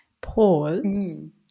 pause